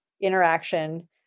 interaction